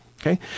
Okay